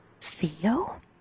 Theo